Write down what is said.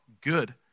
good